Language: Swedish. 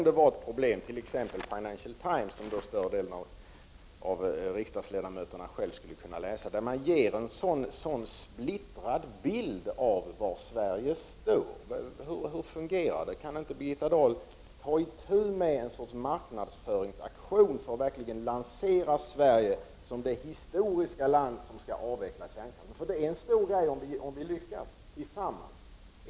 Det är ett problem när Financial Times, som större delen av riksdagsledamöterna själva skulle kunna läsa, ger en så splittrad bild av var Sverige står. Hur fungerar det? Kan inte Birgitta Dahl ta itu med en marknadsföringsaktion för att lansera Sverige som det historiska land som skall avveckla kärnkraften? Det är en stor sak om vi lyckas tillsammans.